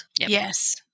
Yes